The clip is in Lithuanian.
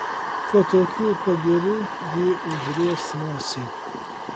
po tokių pagyrų ji užries nosį